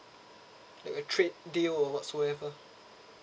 like a trade deal or whatsoever